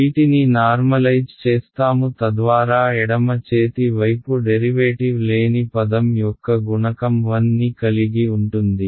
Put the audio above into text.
వీటిని నార్మలైజ్ చేస్తాము తద్వారా ఎడమ చేతి వైపు డెరివేటివ్ లేని పదం యొక్క గుణకం 1 ని కలిగి ఉంటుంది